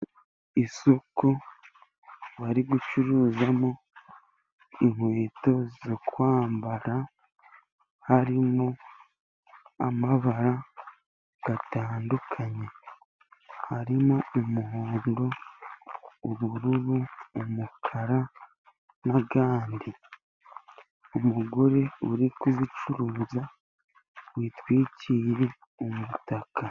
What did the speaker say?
Isoko bari gucuruzamo inkweto zokwambara, harimo amabara atandukanye, harimo umuhondo, ubururu, umukara, n'ayandi, umugore uri kuzicuruza witwikiye umutaka.